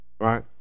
right